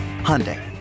Hyundai